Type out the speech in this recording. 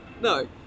No